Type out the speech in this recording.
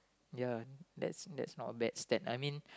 ya that's that's not a bad step I mean